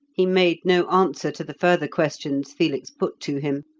he made no answer to the further questions felix put to him.